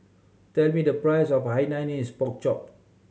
tell me the price of Hainanese Pork Chop